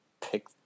pick